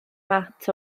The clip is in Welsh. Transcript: mat